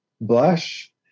blush